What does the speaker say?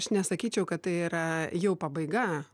aš nesakyčiau kad tai yra jau pabaiga